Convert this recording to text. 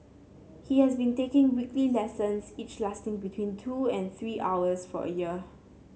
he has been taking weekly lessons each lasting between two and three hours for a year